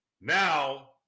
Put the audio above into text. now